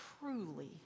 truly